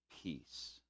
peace